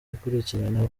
ikurikirana